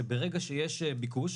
שברגע שיש ביקוש